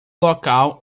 local